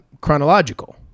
chronological